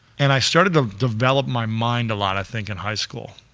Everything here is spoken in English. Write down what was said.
and i started to develop my mind a lot, i think in high school.